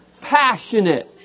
Passionate